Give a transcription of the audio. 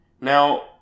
Now